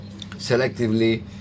Selectively